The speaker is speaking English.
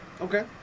Okay